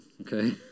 Okay